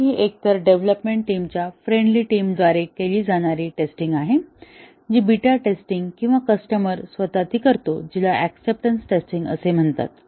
तर ही एकतर डेव्हलपमेंट टीम च्या फ्रेंडली टीम द्वारे केली जाणारी टेस्टिंग आहे जी बीटा टेस्टिंग आहे किंवा कस्टमर स्वतः ती करतो जिला ऍक्सेप्टन्स टेस्टिंग असे म्हणतात